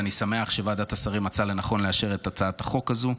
ואני שמח שוועדת השרים מצאה לנכון לאשר את הצעת החוק הזו.